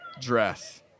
dress